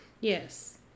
Yes